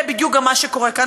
וזה בדיוק גם מה שקורה כאן.